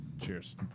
Cheers